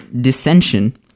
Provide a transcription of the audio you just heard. dissension